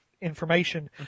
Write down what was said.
information